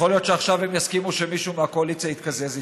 יכול להיות שהם עכשיו יסכימו שמישהו מהקואליציה יתקזז איתו.